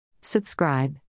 Subscribe